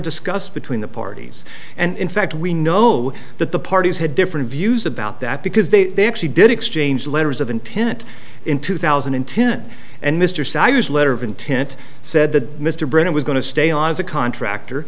discussed between the parties and in fact we know that the parties had different views about that because they actually did exchange letters of intent in two thousand and ten and mr sires letter of intent said that mr brennan was going to stay on as a contractor